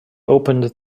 opened